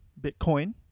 Bitcoin